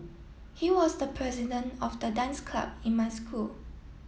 he was the president of the dance club in my school